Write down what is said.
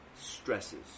stresses